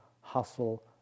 hustle